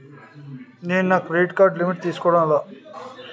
నాకు నా credit card limit తెలుసుకోవడం ఎలా?